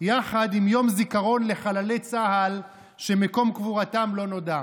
יחד עם יום הזיכרון לחללי צה"ל שמקום קבורתם לא נודע.